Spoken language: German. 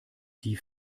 die